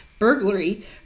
burglary